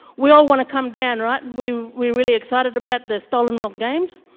we all want to come down, right? we're we're really excited about the stolenworth games,